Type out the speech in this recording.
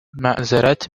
معذرت